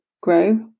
grow